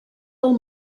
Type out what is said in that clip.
del